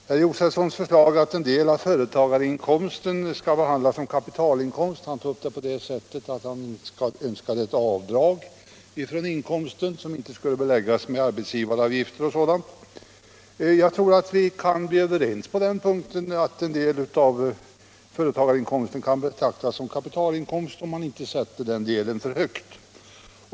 Herr Josefsons förslag att en del av företagarinkomsten skall behandlas som kapitalinkomst — han önskade ett avdrag från inkomsten som inte skulle beläggas med arbetsgivaravgifter och sådant — tror jag att vi kan bli överens om, om man inte sätter gränsen för högt.